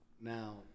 Now